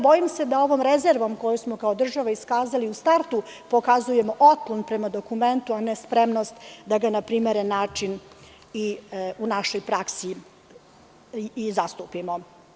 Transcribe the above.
Bojim se da ovom rezervom, kojoj smo kao država iskazali, u startu pokazujemo otpor prema dokumentu, a ne spremnost da ga na primeren način u našoj praksi zastupimo.